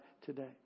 today